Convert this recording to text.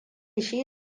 shi